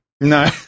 No